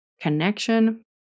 connection